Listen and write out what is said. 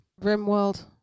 RimWorld